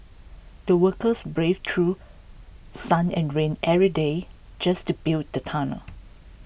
the workers braved through sun and rain every day just to build the tunnel